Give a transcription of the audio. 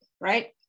right